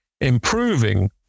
improving